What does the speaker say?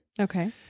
Okay